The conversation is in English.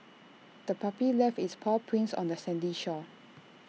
the puppy left its paw prints on the sandy shore